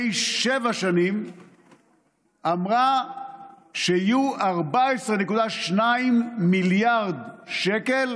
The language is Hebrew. שבע שנים אמרה שיהיו 14.2 מיליארד שקל